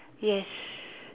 yes